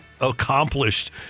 accomplished